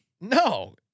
No